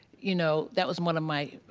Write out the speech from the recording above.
you know, that was one of my,